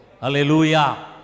Hallelujah